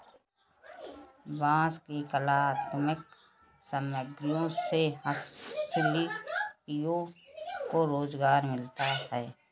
बाँस की कलात्मक सामग्रियों से हस्तशिल्पियों को रोजगार मिलता है